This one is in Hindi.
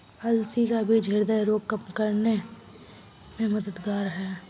अलसी का बीज ह्रदय रोग कम करने में मददगार है